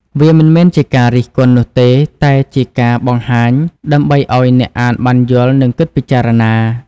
វាមិនមែនជាការរិះគន់នោះទេ តែជាការបង្ហាញដើម្បីឲ្យអ្នកអានបានយល់ និងគិតពិចារណា។